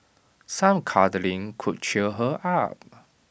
some cuddling could cheer her up